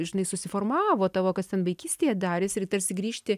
žinai susiformavo tavo kas ten vaikystėje darės ir tarsi grįžti